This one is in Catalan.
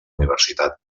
universitat